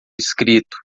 escrito